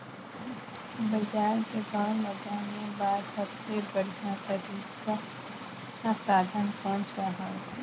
बजार के भाव ला जाने बार सबले बढ़िया तारिक साधन कोन सा हवय?